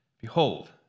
Behold